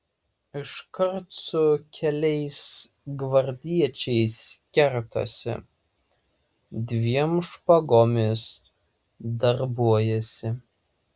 iškart su keliais gvardiečiais kertasi dviem špagomis darbuojasi